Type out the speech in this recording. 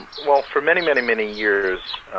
well for many, many, many years,